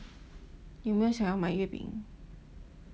有没有想要买月饼